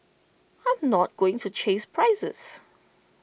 I'm not going to chase prices